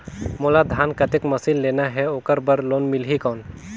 मोला धान कतेक मशीन लेना हे ओकर बार लोन मिलही कौन?